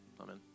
Amen